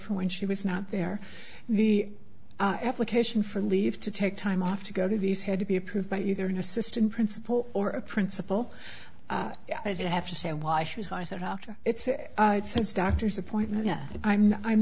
for when she was not there the application for leave to take time off to go to these had to be approved by either an assistant principal or a principal i'd have to say why should i said after it's a doctor's appointment yes i'm